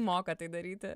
moka tai daryti